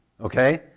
Okay